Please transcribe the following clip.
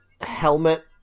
Helmet